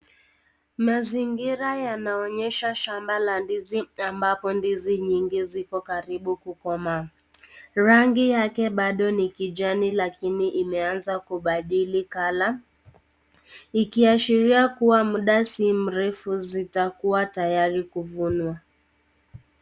Mazingira yanaonyesha shamba la ndizi ambapo ndizi nyingi ziko karibu kukomaa. Rangi yake bado ni kijani lakini imeanza kubadili kala, ikiashiri kuwa mda si mrefu zitakuwa tayari kuvunwa.